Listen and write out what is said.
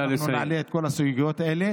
אז אנחנו נעלה את כל הסוגיות האלה.